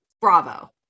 Bravo